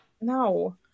No